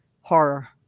horror